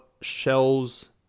Shell's